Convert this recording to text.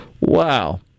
Wow